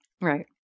Right